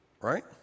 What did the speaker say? Right